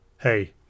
hey